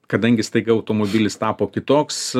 kadangi staiga automobilis tapo kitoks